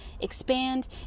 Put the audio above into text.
expand